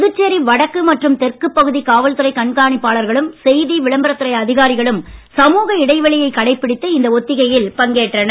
புதுச்சேரி வடக்கு மற்றும் தெற்குபகுதி காவல்துறை கண்காணிப்பாளர்களும் செய்தி விளம்பரத் துறை அதிகாரிகளும் சமூக இடைவெளியை கடைபிடித்து இந்த ஒத்திகையில் பங்கேற்றனர்